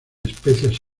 especias